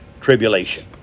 tribulation